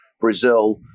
Brazil